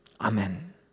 Amen